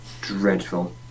dreadful